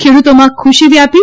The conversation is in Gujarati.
ખેડૂતોમાં ખુશી વ્યાપી